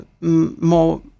more